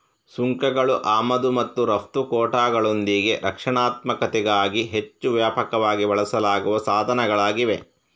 ಸುಂಕಗಳು ಆಮದು ಮತ್ತು ರಫ್ತು ಕೋಟಾಗಳೊಂದಿಗೆ ರಕ್ಷಣಾತ್ಮಕತೆಗಾಗಿ ಹೆಚ್ಚು ವ್ಯಾಪಕವಾಗಿ ಬಳಸಲಾಗುವ ಸಾಧನಗಳಾಗಿವೆ